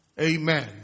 amen